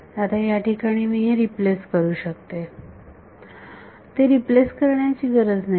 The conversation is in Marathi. तर आता या ठिकाणी मी रिप्लेस करू शकते ते रिप्लेस करण्याची गरज नाही